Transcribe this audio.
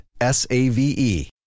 S-A-V-E